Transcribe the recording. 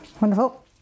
wonderful